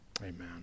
Amen